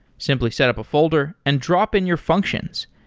simply set up a folder and drop and your functions.